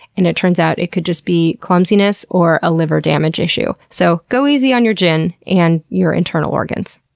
and it turns out, it could just be clumsiness or a liver damage issue. so, go easy on your gin and your internal organs.